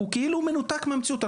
הוא כאילו מנותק מהמציאות.